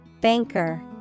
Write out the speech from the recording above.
Banker